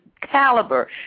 caliber